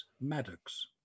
maddox